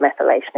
methylation